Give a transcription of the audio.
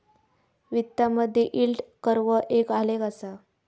वित्तामधे yield curve एक आलेख असा